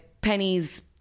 pennies